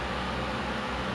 that I can try